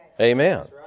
Amen